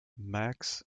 max